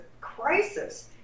crisis